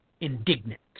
indignant